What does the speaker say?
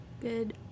good